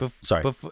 Sorry